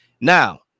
Now